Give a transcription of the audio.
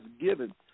given